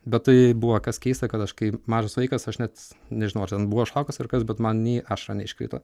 bet tai buvo kas keista kad aš kaip mažas vaikas aš net nežinau ar ten buvo šokas ar kas bet man nei ašara neiškrito